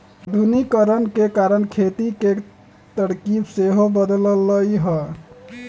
आधुनिकीकरण के कारण खेती के तरकिब सेहो बदललइ ह